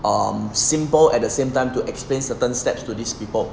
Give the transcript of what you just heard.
um simple at the same time to explain certain steps to these people